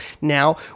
now